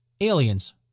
Aliens